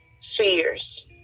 spheres